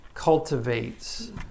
cultivates